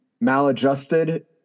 Maladjusted